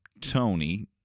Tony